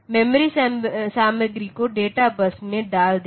memory सामग्री को data bus में डाल देगी